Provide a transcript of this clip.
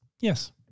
Yes